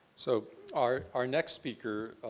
so our our next speaker,